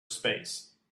space